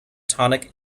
tonic